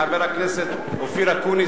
חבר הכנסת אופיר אקוניס,